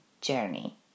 journey